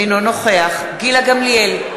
אינו נוכח גילה גמליאל,